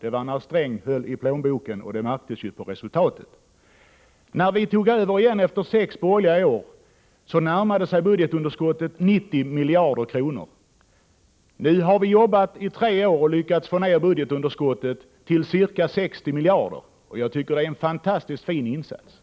Då höll Gunnar Sträng i plånboken, och det märktes på resultatet. När vi tog över igen efter sex borgerliga år närmade sig budgetunderskottet 90 miljarder kronor. Nu har vi jobbat i tre år och lyckats få ned budgetunderskottet till ca 60 miljarder. Jag tycker att det är en fantastiskt fin insats,